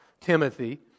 Timothy